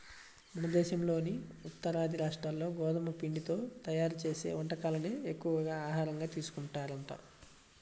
మన దేశంలోని ఉత్తరాది రాష్ట్రాల్లో గోధుమ పిండితో తయ్యారు చేసే వంటకాలనే ఎక్కువగా ఆహారంగా తీసుకుంటారంట